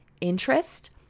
interest